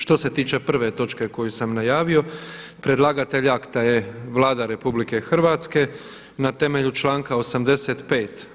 Što se tiče prve točke koju sam najavio, predlagatelj akta je Vlada RH, na temelju članka 85.